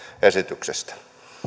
esityksestä